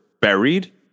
buried